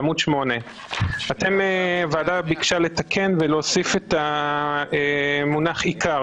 בעמוד 8. הוועדה ביקשה לתקן ולהוסיף את המונח "עיקר",